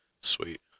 Sweet